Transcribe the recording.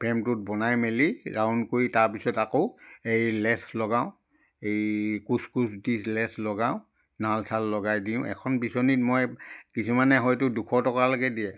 ফ্ৰেমটোত বনাই মেলি ৰাউণ্ড কৰি তাৰপিছত আকৌ এই লেচ লগাওঁ এই কোঁচ কোঁচ দি লেচ লগাওঁ নাল চাল লগাই দিওঁ এখন বিচনীত মই কিছুমানে হয়তো দুশ টকালৈকে দিয়ে